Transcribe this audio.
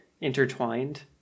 intertwined